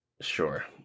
sure